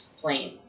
planes